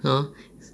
hor